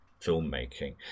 filmmaking